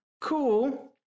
cool